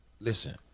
listen